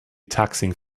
taxing